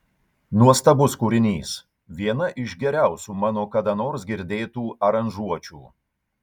nuostabus kūrinys viena iš geriausių mano kada nors girdėtų aranžuočių